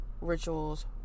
rituals